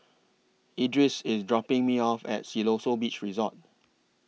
Edris IS dropping Me off At Siloso Beach Resort